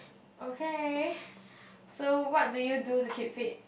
okay so what do you do to keep fit